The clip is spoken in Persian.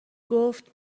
گفت